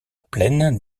plaine